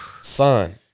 son